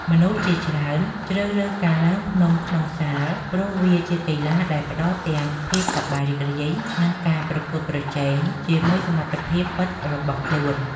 មនុស្សជាច្រើនជ្រើសរើសការឡើងភ្នំក្នុងសាល ព្រោះវាជាកីឡាដែលផ្ដល់ទាំងភាពសប្បាយរីករាយ និងការប្រកួតប្រជែងជាមួយសមត្ថភាពពិតរបស់ខ្លួនឯង។